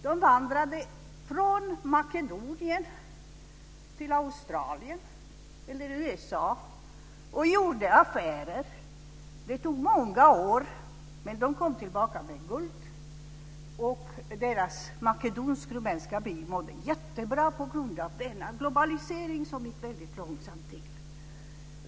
De vandrade från Makedonien till Australien eller USA och gjorde affärer. Det tog många år, men de kom tillbaka med guld. Deras makedonsk-rumänska by mådde jättebra på grund av denna globalisering som gick väldigt långsamt.